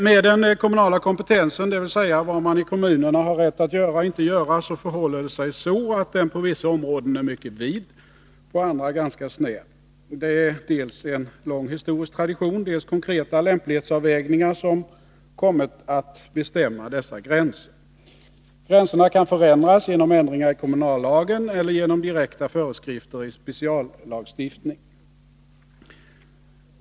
Med den kommunala kompetensen — dvs. vad man i kommunerna har rätt att göra och inte göra — förhåller det sig så, att den på vissa områden är mycket vid, på andra ganska snäv. Det är dels en lång historisk tradition, dels konkreta lämplighetsavvägningar som kommit att bestämma dessa gränser. Gränserna kan förändras genom ändringar i kommunallagen eller genom direkta föreskrifter i speciallagstiftning.